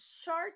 short